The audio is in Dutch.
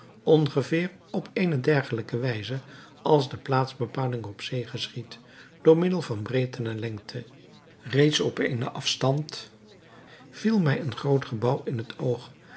ongeveer op eene dergelijke wijze als de plaatsbepaling op zee geschiedt door middel van breedte en lengte reeds op eenen afstand viel mij een groot gebouw in het oog